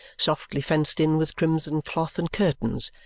softly fenced in with crimson cloth and curtains,